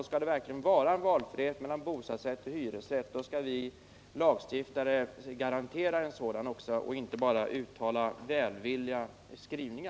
Skall det verkligen vara ett fritt val mellan bostadsrätt och hyresrätt, måste vi lagstiftare garantera en sådan och inte bara i skrivningar uttala vår välvilja.